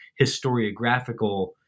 historiographical